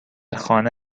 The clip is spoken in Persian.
خانه